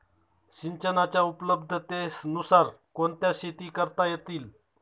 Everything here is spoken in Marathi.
सिंचनाच्या उपलब्धतेनुसार कोणत्या शेती करता येतील?